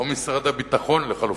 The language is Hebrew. או משרד הביטחון, לחלופין,